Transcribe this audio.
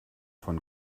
von